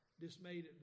Dismayed